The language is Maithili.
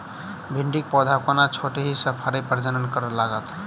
भिंडीक पौधा कोना छोटहि सँ फरय प्रजनन करै लागत?